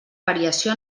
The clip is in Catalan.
variació